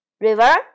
River